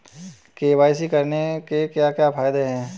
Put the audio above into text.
KYC करने के क्या क्या फायदे हैं?